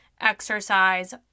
exercise